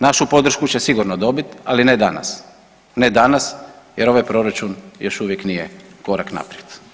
Našu podršku će sigurno dobit, ali ne danas, ne danas jer ovaj proračun još uvijek nije korak naprijed.